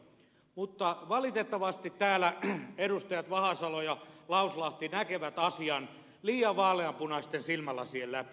mutta valitettavasti täällä edustajat vahasalo ja lauslahti näkevät asian liian vaaleanpunaisten silmälasien läpi